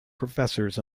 professors